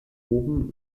oben